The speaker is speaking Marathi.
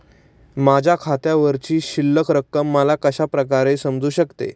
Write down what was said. माझ्या खात्यावरची शिल्लक रक्कम मला कशा प्रकारे समजू शकते?